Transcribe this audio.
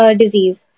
disease